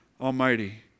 Almighty